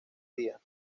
día